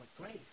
grace